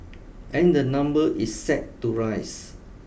and the number is set to rise